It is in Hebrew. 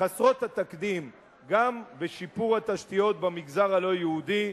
חסרות התקדים גם בשיפור התשתיות במגזר הלא-יהודי,